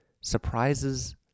surprises